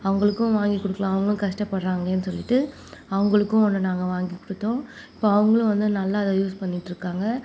அவங்களுக்கும் வாங்கிக் கொடுக்கலாம் அவங்களும் கஷ்டப்படுகிறாங்களேன்னு சொல்லிட்டு அவங்களுக்கும் ஒன்று நாங்கள் வாங்கிக்கொடுத்தோம் இப்போது அவங்களும் வந்து நல்லா அதை யூஸ் பண்ணிட்டிருக்காங்க